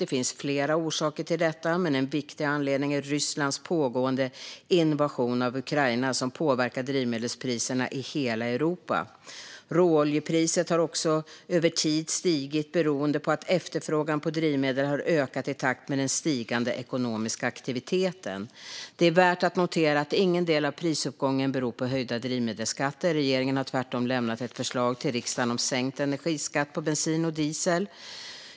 Det finns flera orsaker till detta, men en viktig anledning är Rysslands pågående invasion av Ukraina som påverkar drivmedelspriserna i hela Europa. Råoljepriset har också över tid stigit beroende på att efterfrågan på drivmedel har ökat i takt med den stigande ekonomiska aktiviteten. Det är värt att notera att ingen del av prisuppgången beror på höjda drivmedelsskatter. Regeringen har tvärtom lämnat ett förslag till riksdagen om sänkt energiskatt på bensin och diesel .